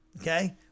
okay